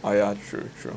orh ya true true